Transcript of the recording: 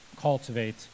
cultivate